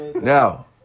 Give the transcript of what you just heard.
Now